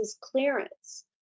clearance